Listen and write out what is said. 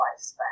lifespan